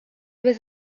was